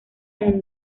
del